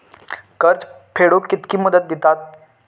कर्ज फेडूक कित्की मुदत दितात?